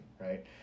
right